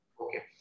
Okay